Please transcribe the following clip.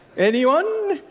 anyone?